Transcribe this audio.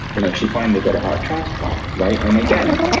you know she finally got a heart transplant, right? and again,